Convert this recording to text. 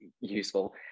useful